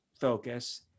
focus